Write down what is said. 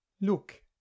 look